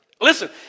listen